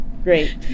Great